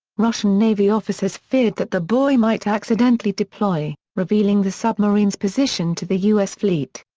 russian navy officers feared that the buoy might accidentally deploy, revealing the submarine's position to the u s. fleet.